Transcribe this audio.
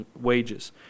wages